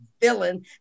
villain